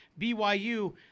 BYU